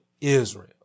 Israel